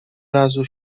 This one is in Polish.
razu